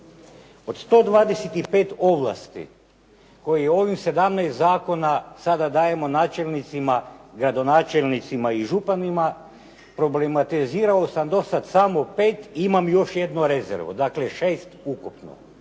Od 125 ovlasti kojim ovih 17 zakona sada dajemo načelnicima, gradonačelnicima i županima problematizirao sam do sad samo pet i imam još jednu rezervu, dakle šest ukupno.